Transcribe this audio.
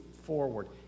forward